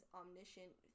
omniscient